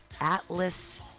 Atlas